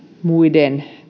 muiden